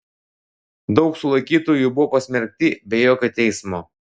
daug sulaikytųjų buvo pasmerkti be jokio teismo